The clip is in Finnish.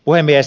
puhemies